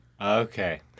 Okay